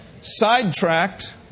Sidetracked